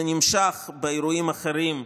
זה נמשך באירועים אחרים,